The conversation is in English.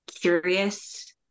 curious